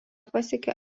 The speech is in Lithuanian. pasiekė